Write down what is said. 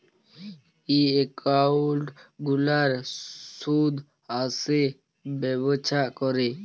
ই account গুলার সুদ আসে ব্যবছা ক্যরে